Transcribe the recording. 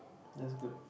that's good